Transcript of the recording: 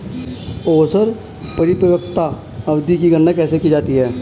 औसत परिपक्वता अवधि की गणना कैसे की जाती है?